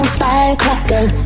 firecracker